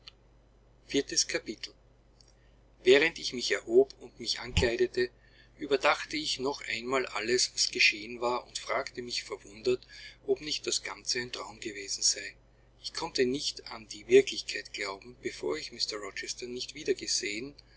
viertes kapitel während ich mich erhob und mich ankleidete überdachte ich noch einmal alles was geschehen war und fragte mich verwundert ob nicht das ganze ein traum gewesen sei ich konnte nicht an die wirklichkeit glauben bevor ich mr rochester nicht wiedergesehen